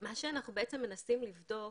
מה שאנחנו בעצם מנסים לבדוק,